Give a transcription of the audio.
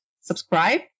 subscribe